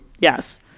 Yes